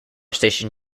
station